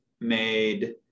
made